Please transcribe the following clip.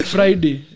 Friday